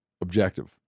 objective